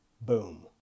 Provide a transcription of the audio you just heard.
Boom